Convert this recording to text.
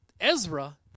Ezra